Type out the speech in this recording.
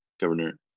governor